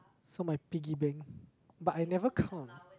so my piggy banks but I never count